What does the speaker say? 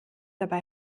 dabei